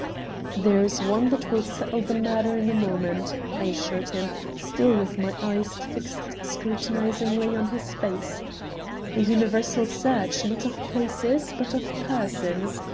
there is one that will settle the matter in a moment, i assured him, still with my eyes fixed scrutinizingly on his face a universal search, not of places, but of persons.